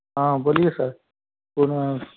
हाँ बोलिए सर कोनो